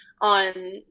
on